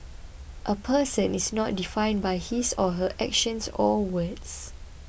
a person is not defined by his or her actions or words